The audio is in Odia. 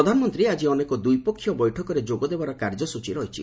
ପ୍ରଧାନମନ୍ତ୍ରୀ ଆଜି ଅନେକ ଦ୍ୱିପକ୍ଷିୟ ବୈଠକରେ ଯୋଗ ଦେବାର କାର୍ଯ୍ୟସ୍କଚୀ ରହିଛି